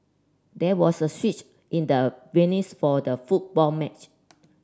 there was a switch in the venues for the football match